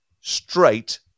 straight